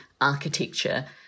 architecture